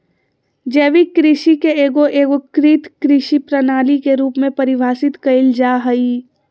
जैविक कृषि के एगो एगोकृत कृषि प्रणाली के रूप में परिभाषित कइल जा हइ